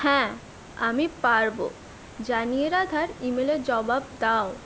হ্যাঁ আমি পারবো জানিয়ে রাধার ইমেলের জবাব দাও